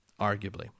arguably